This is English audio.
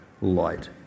light